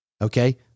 okay